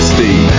Steve